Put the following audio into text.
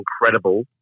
incredible